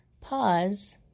pause